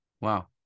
Wow